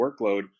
workload